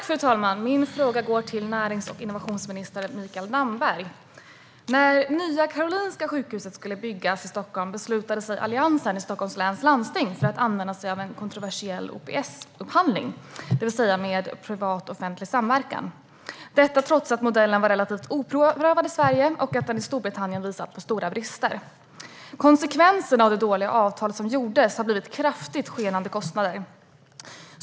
Fru talman! Min fråga går till närings och innovationsminister Mikael Damberg. När nya Karolinska sjukhuset skulle byggas i Stockholm beslutade sig Alliansen i Stockholms läns landsting för att använda sig av en kontroversiell OPS-upphandling, det vill säga privat-offentlig samverkan. Detta skedde trots att modellen var relativt oprövad i Sverige och att den i Storbritannien visat sig ha stora brister. Konsekvenserna av det dåliga avtalet som ingicks har blivit kraftigt skenande kostnader.